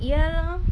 ya